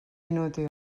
inútil